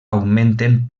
augmenten